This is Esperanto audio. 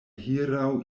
hieraŭ